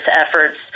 efforts